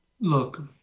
look